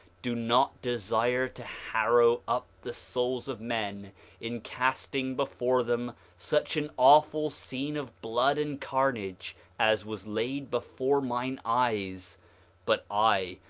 do not desire to harrow up the souls of men in casting before them such an awful scene of blood and carnage as was laid before mine eyes but i,